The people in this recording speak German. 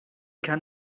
kann